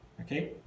Okay